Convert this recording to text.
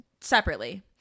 Separately